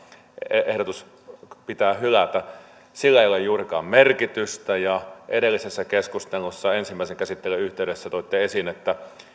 ehdotus pitää hylätä sillä ei ole juurikaan merkitystä ja edellisessä keskustelussa ensimmäisen käsittelyn yhteydessä toitte esiin että